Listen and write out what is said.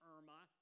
Irma